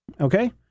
Okay